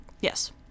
Yes